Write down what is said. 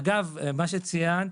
אגב, מה שציינת: